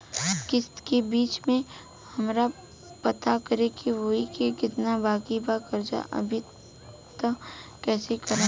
किश्त के बीच मे हमरा पता करे होई की केतना बाकी बा कर्जा अभी त कइसे करम?